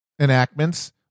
enactments